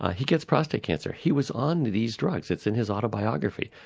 ah he gets prostate cancer, he was on these drugs. it's in his autobiography.